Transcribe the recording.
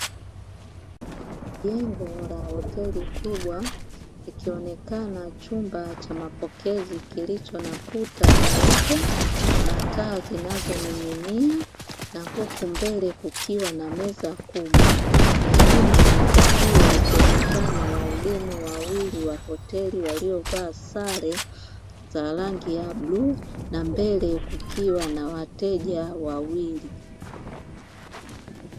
Jengo la hoteli kubwa ikionekana chumba cha mapokezi kilicho na kuta nyeupe na taa zinazoning'inia na huku mbele kukiwa na meza kubwa na nyuma ya meza hiyo wakionekana wahudumu wawili wa hoteli waliyovaa sare za rangi ya bluu na mbele kukiwa na wateja wawili.